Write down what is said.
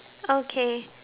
okay